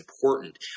important